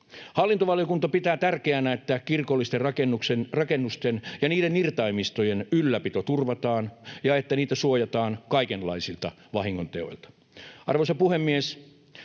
Hallintovaliokunta pitää tärkeänä, että kirkollisten rakennusten ja niiden irtaimistojen ylläpito turvataan ja että niitä suojataan kaikenlaisilta vahingonteoilta. Arvoisa puhemies!